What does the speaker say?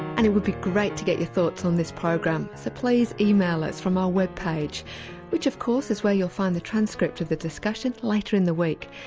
and it would be great to get your thoughts on this program so please email us from our web page which of course is where you'll find the transcript of the discussion later in the week.